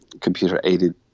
computer-aided